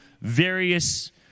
various